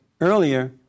earlier